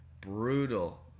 brutal